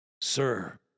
Sir